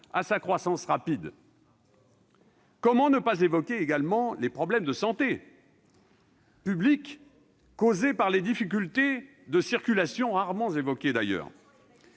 de sa croissance rapide. Comment ne pas évoquer également les problèmes de santé publique causés par les difficultés de circulation ? Le porte-parole